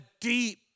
deep